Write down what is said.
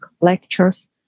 lectures